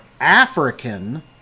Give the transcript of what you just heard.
African